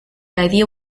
idea